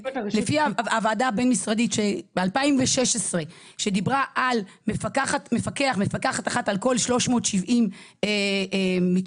לפי הוועדה הבין משרדית ב-2016 שדיברה על מפקח אחד על כל 370 מתמודדים,